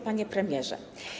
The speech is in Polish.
Panie Premierze!